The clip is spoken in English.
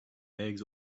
eggs